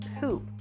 poop